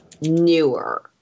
newer